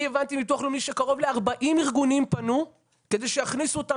אני הבנתי מביטוח לאומי שקרוב ל-40 ארגונים פנו כדי שיכניסו אותם